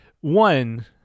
one